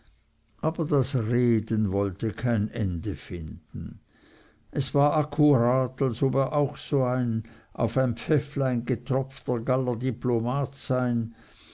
aber das reden wollte kein ende finden es war akkurat als ob er auch so ein auf ein pfäfflein gepfropfter st galler diplomat sei